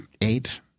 eight